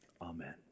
Amen